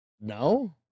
No